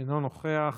אינו נוכח.